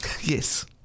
Yes